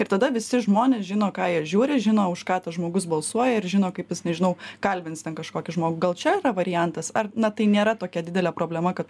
ir tada visi žmonės žino ką jie žiūri žino už ką tas žmogus balsuoja ir žino kaip jis nežinau kalbins ten kažkokį žmogų gal čia yra variantas ar na tai nėra tokia didelė problema kad